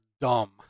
dumb